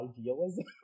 idealism